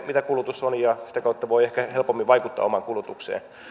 mitä kulutus on ja sitä kautta voi ehkä helpommin vaikuttaa omaan kulutukseensa